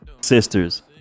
sisters